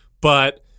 but-